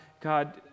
God